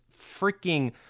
freaking